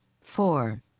four